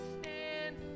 Stand